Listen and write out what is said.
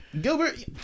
Gilbert